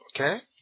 Okay